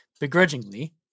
begrudgingly